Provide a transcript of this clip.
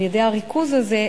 על-ידי הריכוז הזה,